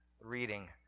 Reading